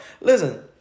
Listen